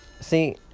See